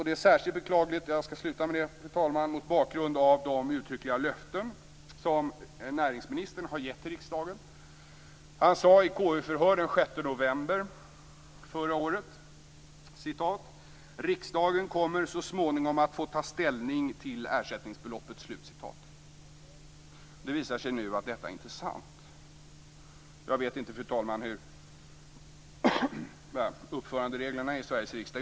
Det är, fru talman, särskilt beklagligt mot bakgrund av de uttryckliga löften som näringsministern har gett till riksdagen. Han sade vid ett KU-förhör den 6 november förra året: Riksdagen kommer så småningom att få ta ställning till ersättningsbeloppet. Det visar sig nu att detta inte är sant. Jag vet inte, fru talman, vilka uppföranderegler som gäller i Sveriges riksdag.